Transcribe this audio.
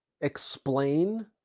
explain